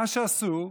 מה שעשו,